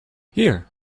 here